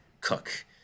cook